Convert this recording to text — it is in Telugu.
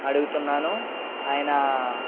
అడుగుతున్నాను ఆయన